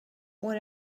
what